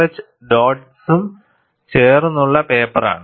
H ഡോഡ്സും ചേർന്നുള്ള പേപ്പറാണ്